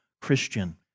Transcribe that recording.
Christian